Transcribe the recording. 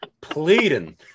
pleading